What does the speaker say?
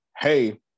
hey